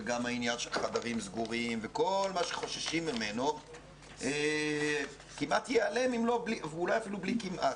החדרים הסגורים וכל מה שחוששים ממנו כמעט ייעלם ואולי אפילו בלי כמעט.